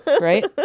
right